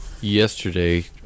yesterday